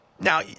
Now